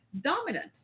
dominant